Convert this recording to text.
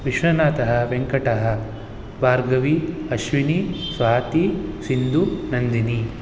विश्वनाथः वेङ्कटः भार्गवी अश्विनी स्वाती सिन्धुः नन्दिनी